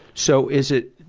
so is it,